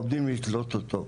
עומדים לתלות אותו,